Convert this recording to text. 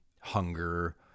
hunger